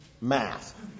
math